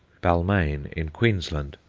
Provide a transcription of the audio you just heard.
balmain, in queensland,